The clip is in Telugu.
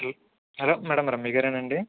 hello madam రమ్యగారేనండి